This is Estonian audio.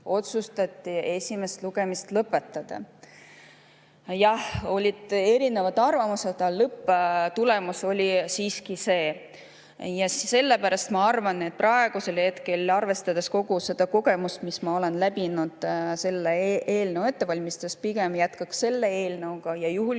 otsustati esimene lugemine lõpetada. Jah, olid erinevad arvamused, aga lõpptulemus oli siiski see. Sellepärast ma arvan, et praegusel hetkel, arvestades kogu seda kogemust, mis ma olen läbinud selle eelnõu ettevalmistusega, pigem tuleks jätkata selle eelnõuga. Ja võib